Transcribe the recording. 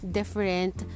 different